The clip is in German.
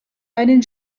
einen